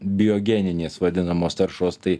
biogeninės vadinamos taršos tai